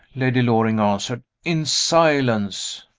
lady loring answered. in silence.